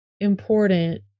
important